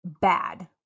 bad